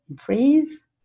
freeze